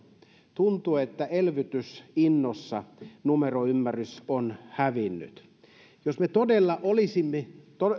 tuntuu että elvytysinnossa numeroymmärrys on hävinnyt jos me todella olisimme